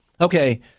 okay